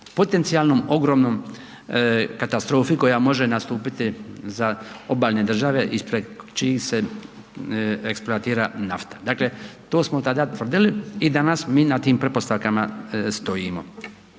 potencijalnoj ogromnoj katastrofi koja može nastupiti za obalne države ispred čijih se eksploatira nafta. Dakle, to smo tada tvrdili i danas mi na tim pretpostavkama stojimo.